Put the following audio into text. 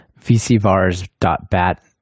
vcvars.bat